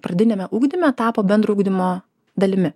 pradiniame ugdyme tapo bendro ugdymo dalimi